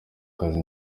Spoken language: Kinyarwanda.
kazi